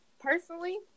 Personally